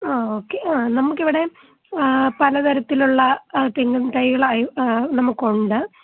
ആ ഓക്കെ ആ നമുക്കിവിടെ പല തരത്തിലുള്ള തെങ്ങും തൈകളായി നമുക്കുണ്ട്